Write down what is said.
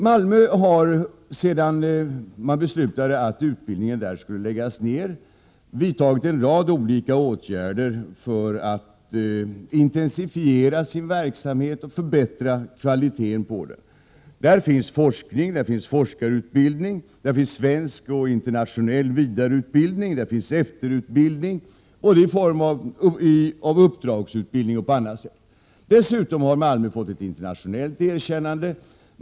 Malmö har, sedan man beslutade att utbildningen där skulle läggas ned, vidtagit en rad olika åtgärder för att intensifiera verksamheten och förbättra kvaliteten. Där finns forskning, forskarutbildning, svensk och internationell vidareutbildning, efterutbildning, olika former av uppdragsutbildning och annat. Dessutom har Malmö fått internationellt erkännade.